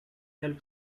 help